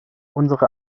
unsere